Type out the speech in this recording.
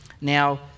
Now